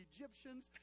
Egyptians